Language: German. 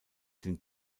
den